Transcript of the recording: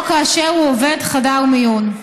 או כאשר הוא עובד חדר מיון.